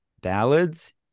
ballads